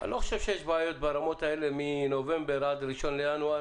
אני לא חושב שיש בעיות ברמות האלה מנובמבר עד 1 בינואר.